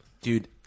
Dude